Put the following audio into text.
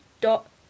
dot